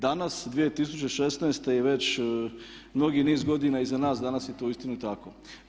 Danas 2016. i već mnogi niz godina iza nas, danas je to uistinu tako.